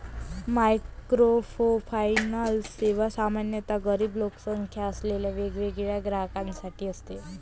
microfinance सेवा सामान्यतः गरीब लोकसंख्या असलेल्या वगळलेल्या ग्राहकांसाठी असते